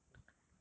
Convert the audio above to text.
!wah!